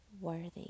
worthy